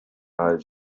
eyes